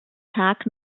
tag